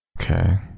Okay